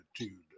attitude